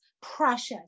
precious